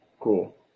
Cool